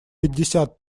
пятьдесят